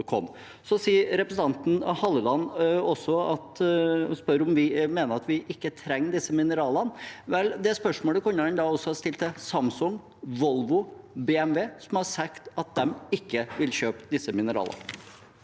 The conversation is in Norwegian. komme. Representanten Halleland spør også om vi mener at vi ikke trenger disse mineralene. Vel, det spørsmålet kunne han også ha stilt til Samsung, Volvo og BMW, som har sagt at de ikke vil kjøpe disse mineralene.